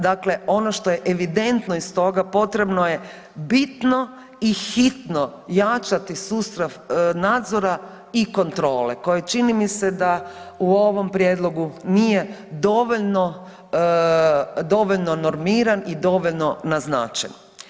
Dakle, ono što je evidentno iz toga potrebno je bitno i hitno jačati sustav nadzora i kontrole koje čini mi se da u ovom prijedlogu nije dovoljno normiran i dovoljno naznačen.